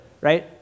right